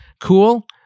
cool